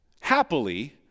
happily